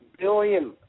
Billion